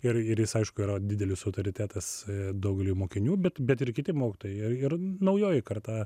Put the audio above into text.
ir ir jis aišku yra didelis autoritetas daugeliui mokinių bet bet ir kiti mokytojai ir naujoji karta